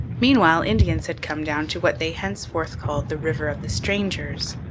meanwhile indians had come down to what they henceforth called the river of the strangers.